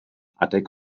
adeg